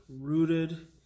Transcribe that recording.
rooted